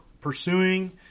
pursuing